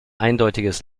eindeutiges